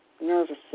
nervous